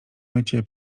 mycie